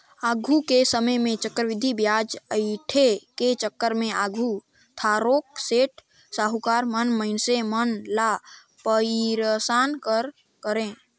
आघु के समे में चक्रबृद्धि बियाज अंइठे के चक्कर में आघु थारोक सेठ, साहुकार मन मइनसे मन ल पइरसान करें